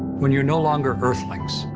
when you're no longer earthlings,